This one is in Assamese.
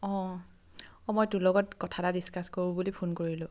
অঁ অঁ মই তোৰ লগত কথা এটা ডিছকাছ কৰোঁ বুলি ফোন কৰিলোঁ